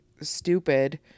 stupid